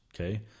Okay